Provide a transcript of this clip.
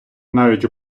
навіть